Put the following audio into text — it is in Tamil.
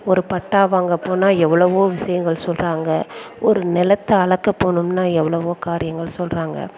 ஒரு பட்டா வாங்க போனால் எவ்வளவோ விஷயங்கள் சொல்றாங்க ஒரு நிலத்தை அளக்க போகணும்னால் எவ்வளவோ காரியங்கள் சொல்றாங்க